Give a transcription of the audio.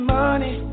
money